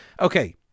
Okay